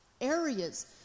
areas